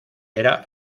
era